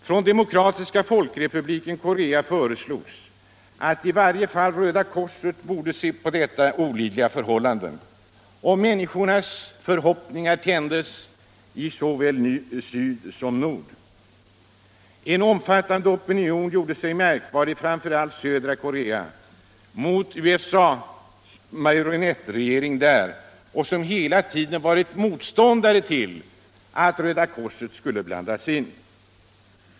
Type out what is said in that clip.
Från Demokratiska folkrepubliken Korea föreslogs att i varje fall Röda köorset borde se på detta olidliga förhållande, och människornas förhoppningar tändes i såväl syd som nord. En omfattande opinion gjorde sig märkbar i framför allt södra Korea mot USA:s marionettregering där, som hela tiden varit motståndare till att Röda korset skulle blandas in.